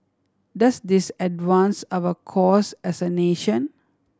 does this advance our cause as a nation